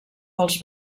pels